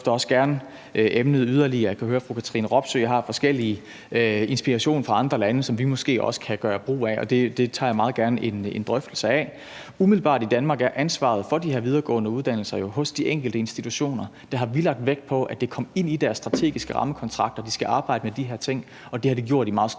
Og jeg kan høre, at fru Katrine Robsøe har forskellig inspiration fra andre lande, som vi måske også kan gøre brug af, og det tager jeg meget gerne en drøftelse af. Umiddelbart er ansvaret for de her videregående uddannelser i Danmark jo hos de enkelte institutioner. Der har vi lagt vægt på, at det kom ind i deres strategiske rammekontrakt, at de skal arbejde med de her ting, og det har de gjort i meget stort